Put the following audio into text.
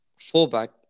fullback